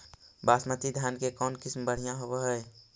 बासमती धान के कौन किसम बँढ़िया होब है?